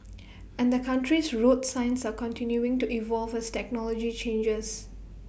and the country's road signs are continuing to evolve as technology changes